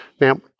Now